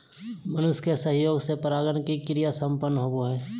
मनुष्य के सहयोग से परागण के क्रिया संपन्न होबो हइ